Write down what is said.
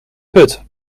put